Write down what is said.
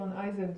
רון אייזן,